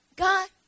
God